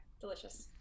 delicious